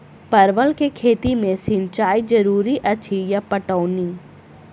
परवल केँ खेती मे सिंचाई जरूरी अछि या पटौनी?